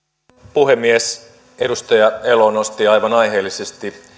puhemies edustaja elo nosti aivan aiheellisesti